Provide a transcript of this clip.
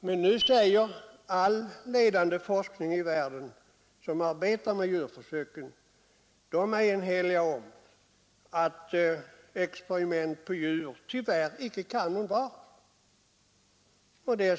Men alla ledande forskare i världen som arbetar med djurförsök är eniga om att experiment på djur tyvärr inte kan undvaras.